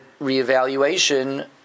reevaluation